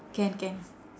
can can